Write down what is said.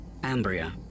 Ambria